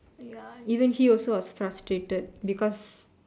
ya even he also was frustrated because